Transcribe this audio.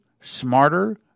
smarter